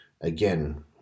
again